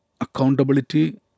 Accountability